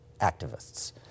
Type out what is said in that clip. activists